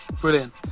Brilliant